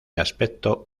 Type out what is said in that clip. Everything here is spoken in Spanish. aspecto